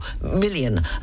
million